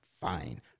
fine